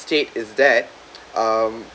state is that um